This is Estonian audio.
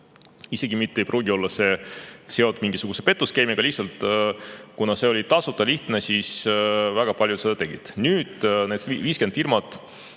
isegi ei pruugi olla seotud mingisuguse petuskeemiga. Lihtsalt, kuna see oli tasuta ja lihtne, siis väga paljud seda tegid. Nüüd, need 50 firmat